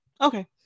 okay